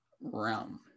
realm